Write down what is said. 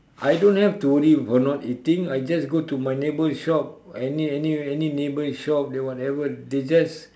I don't have to worry about not eating I just go to my neighbour shop any any any neighbour shop whatever they just